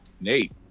nate